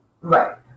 Right